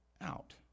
out